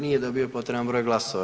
Nije dobio potreban broj glasova.